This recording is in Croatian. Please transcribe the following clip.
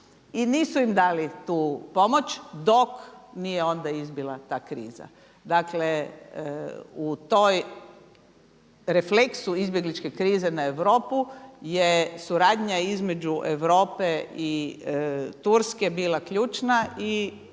i nisu im dali tu pomoć dok nije onda izbila ta kriza. Dakle u tom refleksu izbjegličke krize na Europu je suradnja između Europe i Turske bila ključna i